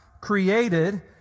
created